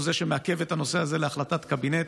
זה שמעכב את הנושא הזה להחלטת קבינט.